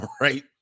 right